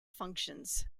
functions